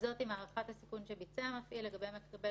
וזאת אם הערכת הסיכון שביצע המפעיל לגבי מקבל